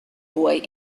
boy